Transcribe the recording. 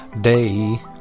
day